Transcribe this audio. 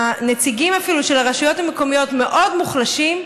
אפילו הנציגים של הרשויות המקומיות מאוד מוחלשים,